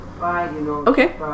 okay